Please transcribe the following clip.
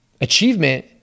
Achievement